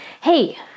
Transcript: Hey